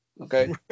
Okay